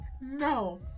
no